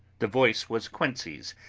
the voice was quincey's,